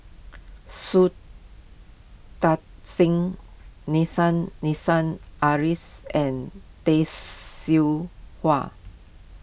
Shui Tit Sing Nissim Nassim Adis and Tay Seow Huah